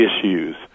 issues